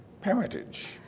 parentage